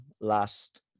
last